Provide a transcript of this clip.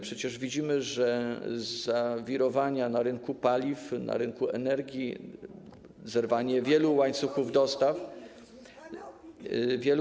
Przecież widzimy, że zawirowania na rynku paliw, na rynku energii, zerwanie wielu łańcuchów dostaw, wielu.